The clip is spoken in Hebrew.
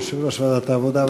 יושב-ראש ועדת העבודה,